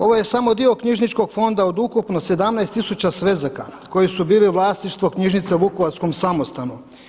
Ovo je samo dio knjižničkog fonda od ukupno 17000 svezaka koji su bili vlasništvo knjižnice u Vukovarskom samostanu.